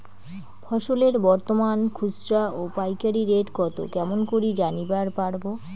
ফসলের বর্তমান খুচরা ও পাইকারি রেট কতো কেমন করি জানিবার পারবো?